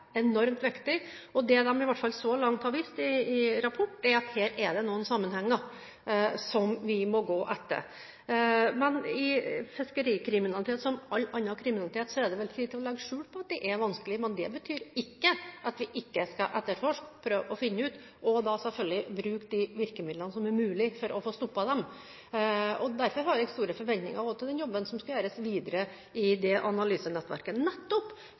enormt viktig. Og det som rapporten så langt har vist, er at her er det noen sammenhenger som vi må gå etter. Men innen fiskerikriminalitet, som innen all annen kriminalitet, er det ikke til å legge skjul på at det er vanskelig. Men det betyr ikke at vi ikke skal etterforske dette og bruke de virkemidlene som er mulig for å få stoppet dem. Derfor har jeg store forventninger til den jobben som skal gjøres videre i analysenettverket, nettopp